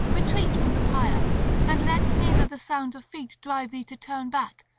retreat from the pyre and let neither the sound of feet drive thee to turn back,